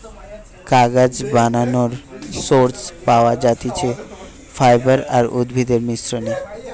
কাগজ বানানোর সোর্স পাওয়া যাতিছে ফাইবার আর উদ্ভিদের মিশ্রনে